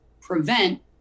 prevent